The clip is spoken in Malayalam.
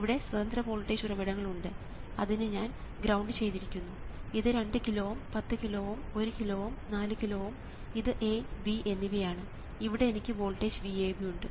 ഇവിടെ സ്വതന്ത്ര വോൾട്ടേജ് ഉറവിടങ്ങൾ ഉണ്ട് അതിനെ ഞാൻ ഗ്രൌണ്ട് ചെയ്തിരിക്കുന്നു ഇത് 2 കിലോ Ω 10 കിലോ Ω 1 കിലോ Ω 4 കിലോ Ω ഇത് A B എന്നിവയാണെന്ന് ഇവിടെ എനിക്ക് വോൾട്ടേജ് VAB ഉണ്ട്